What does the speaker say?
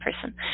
person